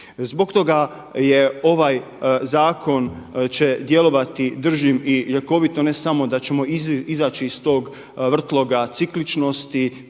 Zbog toga je ovaj zakon će djelovati držim i ljekovito ne samo da ćemo izaći iz tog vrtloga cikličnosti